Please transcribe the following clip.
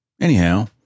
Anyhow